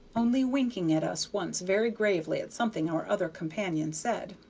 only winking at us once very gravely at something our other companion said.